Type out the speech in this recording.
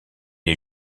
est